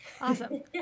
Awesome